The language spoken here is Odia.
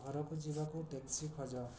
ଘରକୁ ଯିବାକୁ ଟ୍ୟାକ୍ସି ଖୋଜ